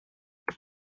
what